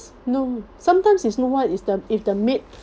no sometimes if know what is the if the maid